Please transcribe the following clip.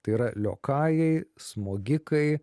tai yra liokajai smogikai